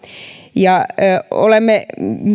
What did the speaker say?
olemme